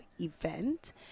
event